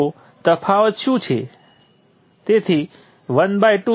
તો તફાવત શું છે